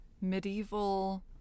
Medieval